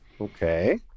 Okay